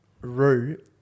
route